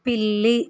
పిల్లి